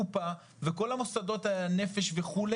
קופה וכל מוסדות הנפש וכו',